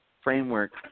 framework